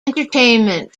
entertainment